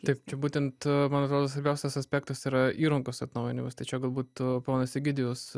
taip būtent man atrodo svarbiausias aspektas yra įrangos atnaujinimas tai čia galbūt ponas egidijus